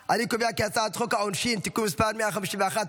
חוק העונשין (תיקון מס' 151),